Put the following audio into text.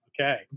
Okay